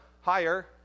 higher